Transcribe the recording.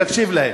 תקשיב להם.